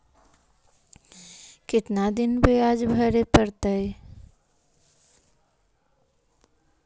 कितना दिन बियाज भरे परतैय?